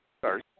Sorry